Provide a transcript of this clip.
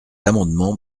amendement